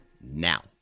now